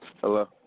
Hello